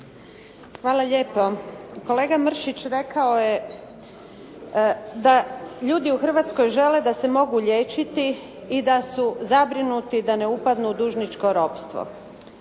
Hvala lijepo. Kolega Mršić rekao je da ljudi u Hrvatskoj žele da se mogu liječiti i da su zabrinuti da ne upadnu u dužničko ropstvo.